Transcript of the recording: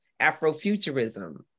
Afrofuturism